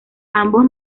ambos